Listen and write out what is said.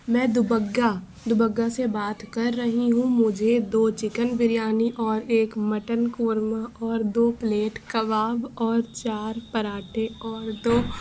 میں دبگہ دبگہ سے بات کر رہی ہوں مجھے دو چکن بریانی اور ایک مٹن قورمہ اور دو پلیٹ کباب اور چار پراٹھے اور دو